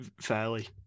fairly